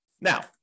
Now